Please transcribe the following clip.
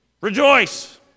rejoice